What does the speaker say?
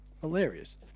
hilarious